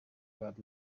about